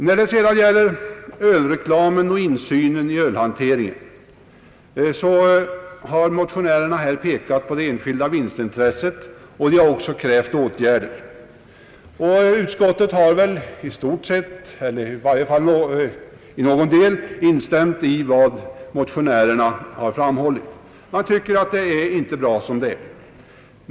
När det sedan gäller ölreklamen och insynen i ölhanteringen så har motionärerna pekat på det enskilda vinstintresset och krävt åtgärder. Utskottet har väl i stort sett, eller åtminstone till någon del, instämt i vad motionärerna framhållit. Man tycker inte att det är bra som det är.